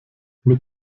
mit